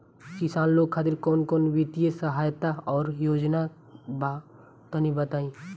किसान लोग खातिर कवन कवन वित्तीय सहायता और योजना बा तनि बताई?